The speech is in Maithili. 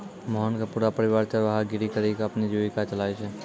मोहन के पूरा परिवार चरवाहा गिरी करीकॅ ही अपनो जीविका चलाय छै